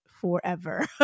forever